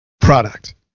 product